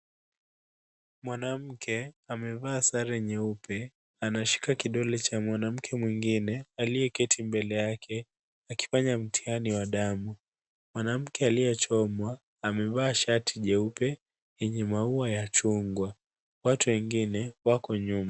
Mwanamke amevaa sare nyeupe anashika kidole cha mwanamke mwingine aliyeketi mbele yake akifanya mtihani wa damu. Mwanamke aliyechomwa amevaa shati jeupe yenye maua ya chungwa. Watu wengine wako nyuma.